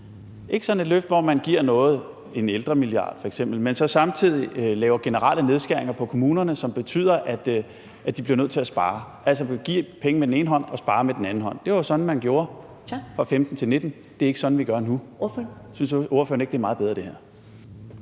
om sådan et løft, hvor man giver noget, f.eks. en ældremilliard, men så samtidig laver generelle nedskæringer i kommunerne, som betyder, at de bliver nødt til at spare, altså hvor man giver pengene med den ene hånd og sparer med den anden hånd. Det var jo sådan, man gjorde fra 2015 til 2019; det er ikke sådan, vi gør nu. Synes ordføreren ikke, at det her er meget bedre?